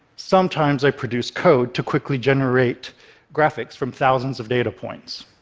sometimes i produce code to quickly generate graphics from thousands of data points.